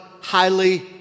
highly